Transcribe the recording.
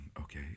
okay